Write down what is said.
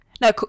no